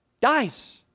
Dies